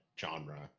genre